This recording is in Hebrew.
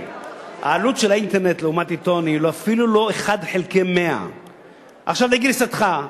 העלות של האינטרנט לעומת עיתון היא אפילו לא 1 חלקי 100. לגרסתך,